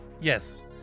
Yes